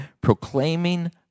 proclaiming